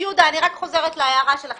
יהודה, אני רק חוזרת להערה שלכם.